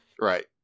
Right